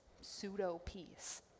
pseudo-peace